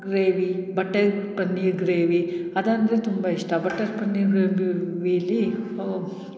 gravy butter paneer gravy ಅದೆಂದರೆ ತುಂಬ ಇಷ್ಟ ಬಟರ್ ಪನ್ನೀರ್ ವೀಲಿ ಓ